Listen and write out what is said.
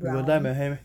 you got dye your hair meh